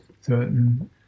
certain